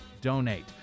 donate